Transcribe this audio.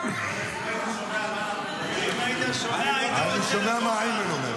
אם היית שומע על מה אנחנו מדברים,